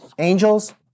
Angels